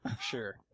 Sure